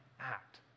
act